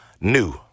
new